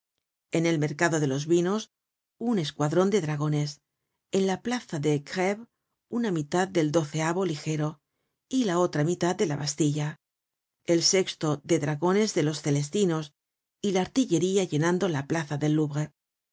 en el mercado de los vinos un escuadron de dra gones en la plaza de gréve una mitad del ligero y la otra mitad en la bastilla el de dragones en los celestinos y la artillería llenando la plaza del